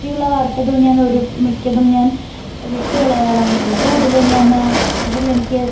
പറ്റിയുള്ള വാർത്തകൾ ഞാൻ ഒരു മിക്കതും ഞാൻ വിട്ടുകളയാറാണ് ഉള്ളത് അതിൽ ഞാൻ അതിൽ എനിക്ക്